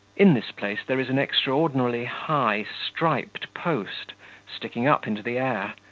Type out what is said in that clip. in this place there is an extraordinarily high striped post sticking up into the air,